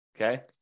Okay